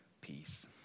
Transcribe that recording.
peace